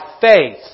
faith